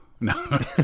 No